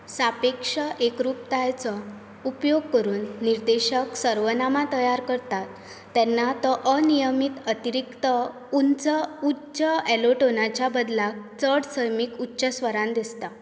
सापेक्ष एकरूपतायेचो उपेग करून निदर्शक सर्वनामां तयार करता तेन्ना तो अनियमित अतिरिक्त उच्च उंच एलोटोनाच्या बदलाक चड सैमीक उच्च स्वरान दिसता